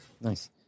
Nice